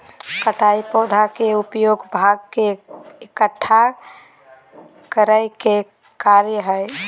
कटाई पौधा के उपयोगी भाग के इकट्ठा करय के कार्य हइ